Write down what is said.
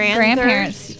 grandparents